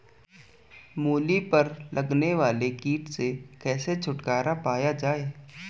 मूली पर लगने वाले कीट से कैसे छुटकारा पाया जाये?